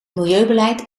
milieubeleid